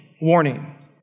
warning